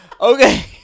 okay